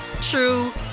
true